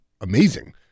amazing